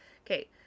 Okay